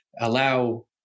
allow